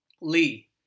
Lee